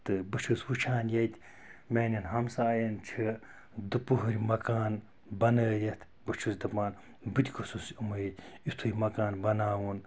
تہٕ بہٕ چھُس وُچھان ییٚتہِ میانیٚن ہَمسایَن چھِ دُوپہٕرۍ مکان بَنٲیِتھ بہٕ چھُس دَپان بہٕ تہِ گوٚژھُس یِموٕے یِتھُے مَکان بَناوُن